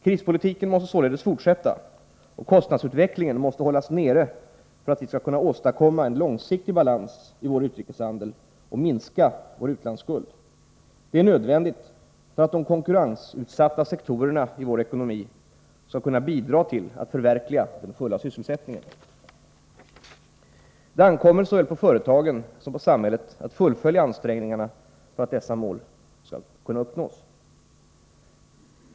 Krispolitiken måste således fortsätta, och kostnadsutvecklingen måste hållas nere, för att vi skall kunna åstadkomma en långsiktig balans i vår utrikeshandel och minska vår utlandsskuld. Detta är nödvändigt för att de konkurrensutsatta sektorerna i vår ekonomi skall kunna bidra till att förverkliga målet den fulla sysselsättningen. Det ankommer såväl på företagen som på samhället att fullfölja ansträngningarna för att dessa mål skall kunna uppnås.